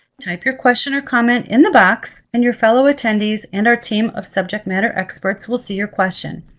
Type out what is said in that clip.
type your question or comment in the box and your fellow attendees and our team of subject matter experts will see your question.